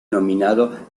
nominado